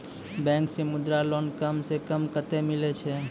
Bank से Mudra loan कम सऽ कम कतैय मिलैय छै?